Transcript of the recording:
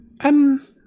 Um